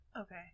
Okay